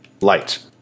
light